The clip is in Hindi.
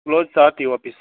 क्लोज सात ही वापस